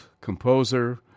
composer